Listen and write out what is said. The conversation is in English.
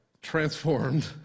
transformed